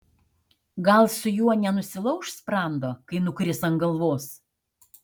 gal su juo nenusilauš sprando kai nukris ant galvos